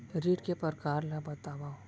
ऋण के परकार ल बतावव?